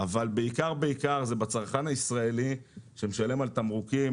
אבל בעיקר זה בצרכן הישראלי שמשלם על תמרוקים